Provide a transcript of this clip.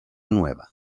nueva